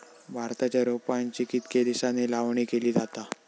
भाताच्या रोपांची कितके दिसांनी लावणी केली जाता?